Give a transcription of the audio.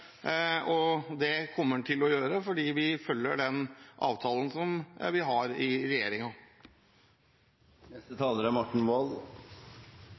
fast. Det kommer den til å gjøre, for vi følger den avtalen som vi har i